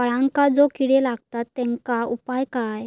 फळांका जो किडे लागतत तेनका उपाय काय?